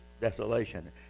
desolation